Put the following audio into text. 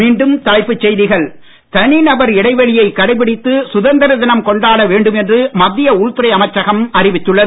மீண்டும் தலைப்புச் செய்திகள் தனிநபர் இடைவெளியை கடைபிடித்து சுதந்திர தினம் கொண்டாட வேண்டும் என்று மத்திய உள்துறை அமைச்கம் அறிவித்துள்ளது